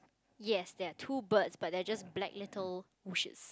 yes there are two birds but they are just black little bushes